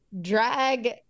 drag